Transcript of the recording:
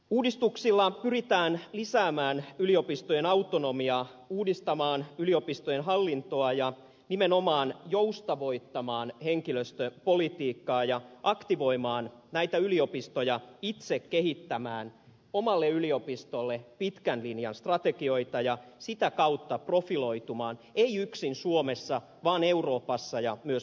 uudistuksilla pyritään lisäämään yliopistojen autonomiaa uudistamaan yliopistojen hallintoa ja nimenomaan joustavoittamaan henkilöstöpolitiikkaa ja aktivoimaan näitä yliopistoja itse kehittämään omalle yliopistolle pitkän linjan strategioita ja sitä kautta profiloitumaan ei yksin suomessa vaan euroopassa ja myös maailmanlaajuisesti